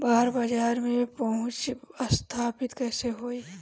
बाहर बाजार में पहुंच स्थापित कैसे होई?